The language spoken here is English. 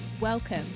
welcome